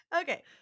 okay